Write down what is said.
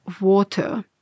water